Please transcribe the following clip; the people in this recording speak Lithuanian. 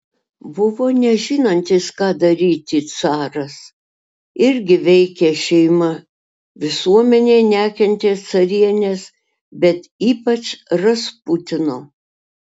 buvo nežinantis ką daryti caras irgi veikė šeima visuomenė nekentė carienės bet ypač rasputino